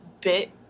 bit